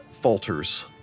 falters